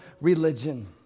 religion